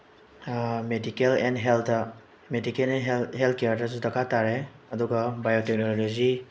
medical and health medical and health ꯀꯤꯌꯥꯔꯗꯁꯨ ꯗꯔꯀꯥꯔ ꯇꯥꯔꯦ ꯑꯗꯨꯒ ꯕꯥꯏꯑꯣ ꯇꯦꯛꯅꯣꯂꯣꯖꯤ